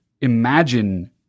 imagine